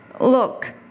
Look